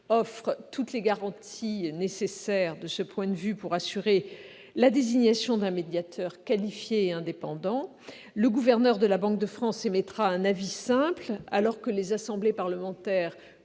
offre toutes les garanties nécessaires pour assurer la désignation d'un médiateur qualifié et indépendant. Le gouverneur de la Banque de France émettra un avis simple, alors que, comme vous le savez, les assemblées parlementaires